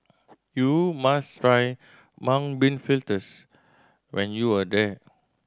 you must try Mung Bean Fritters when you are there